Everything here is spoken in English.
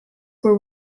were